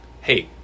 hey